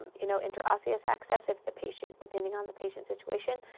you know, intraosseous access, if the patient depending on the patient situation.